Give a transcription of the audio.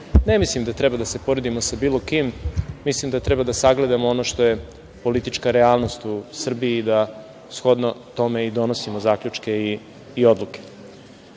Ne mislim da treba da se poredimo sa bilo kim, mislim da treba da sagledamo ono što je politička realnost u Srbiji i da shodno tome i donosimo zaključke i